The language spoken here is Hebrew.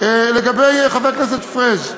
לגבי חבר הכנסת פריג',